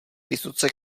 vysoce